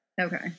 Okay